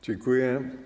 Dziękuję.